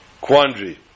quandary